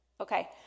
Okay